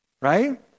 Right